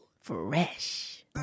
fresh